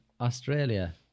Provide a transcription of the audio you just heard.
Australia